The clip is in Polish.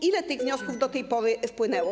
Ile tych wniosków do tej pory wpłynęło?